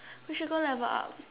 which should go level up